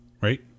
Right